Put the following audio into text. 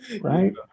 Right